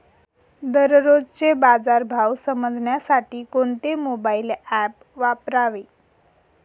दररोजचे बाजार भाव समजण्यासाठी कोणते मोबाईल ॲप वापरावे?